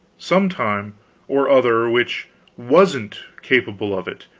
some time or other which wasn't capable of it